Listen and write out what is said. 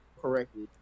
correctly